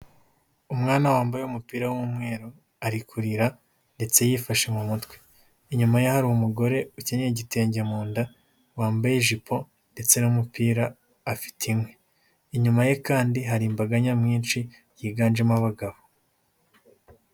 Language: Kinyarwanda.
Umwana wambaye umupira w'umweru ari kurira ndetse yifashe mu mutwe, inyuma y'a hari umugore ukinyeye igitenge mu nda wambaye ijipo ndetse n'umupira afite inkwi, inyuma ye kandi hari imbaga nyamwinshi yiganjemo abagabo.